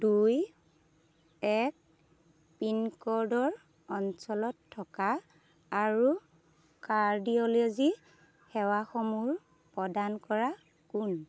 দুই এক পিন ক'ডৰ অঞ্চলত থকা আৰু কাৰ্ডিঅ'লজি সেৱাসমূহ প্ৰদান কৰা কোন